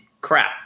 crap